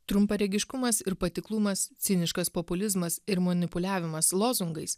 trumparegiškumas ir patiklumas ciniškas populizmas ir manipuliavimas lozungais